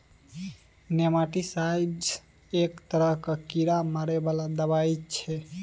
nematicides एक तरहक कीड़ा मारै बला दबाई छै